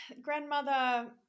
grandmother